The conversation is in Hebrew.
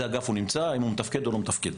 אגף הוא נמצא והאם הוא מתפקד או לא מתפקד.